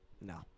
No